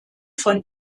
von